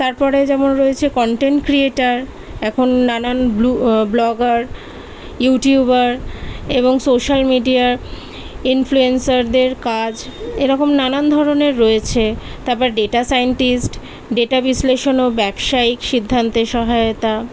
তারপরে যেমন রয়েছে কন্টেন্ট ক্রিয়েটার এখন নানান ব্ল ব্লগার ইউটিউবার এবং সোশ্যাল মিডিয়ার ইনফ্লুয়েন্সারদের কাজ এরকম নানান ধরনের রয়েছে তারপর ডেটা সাইনটিস্ট ডেটা বিশ্লেষণ ও ব্যবসায়িক সিদ্ধান্তে সহায়তা